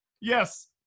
Yes